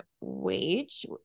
Wage